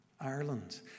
Ireland